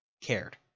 cared